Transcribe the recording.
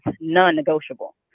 non-negotiable